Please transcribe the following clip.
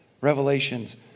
Revelations